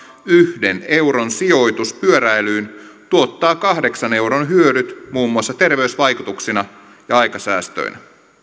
yhden euron sijoitus pyöräilyyn tuottaa kahdeksan euron hyödyt muun muassa terveysvaikutuksina ja aikasäästöinä